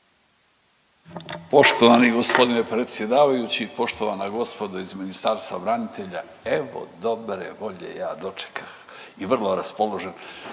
Poštovani g. predsjedavajući, poštovana gospodo iz Ministarstva branitelja, evo dobre volje ja dočekah i vrlo raspoložen,